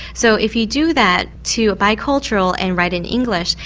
so if you do that to a bi-cultural and write in english,